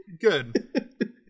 Good